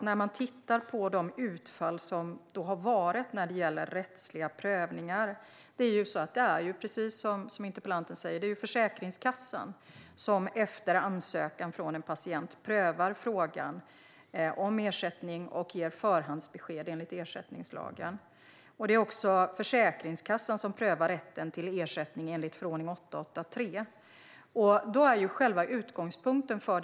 När det gäller rättsliga prövningar är det, precis som interpellanten säger, Försäkringskassan som efter ansökan från en patient prövar frågan om ersättning och ger förhandsbesked enligt ersättningslagen. Det är också Försäkringskassan som prövar rätten till ersättning enligt förordning 883.